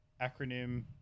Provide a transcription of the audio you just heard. acronym